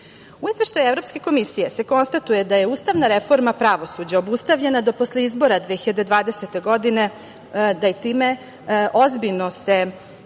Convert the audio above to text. U Izveštaju Evropske komisije se konstatuje da je ustavna reforma pravosuđa obustavljena do posle izbora 2020. godine, da je time ozbiljno se